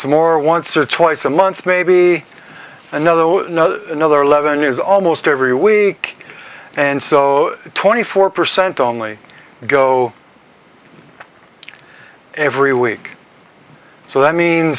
some more once or twice a month maybe another another eleven years almost every week and so twenty four percent only go every week so that means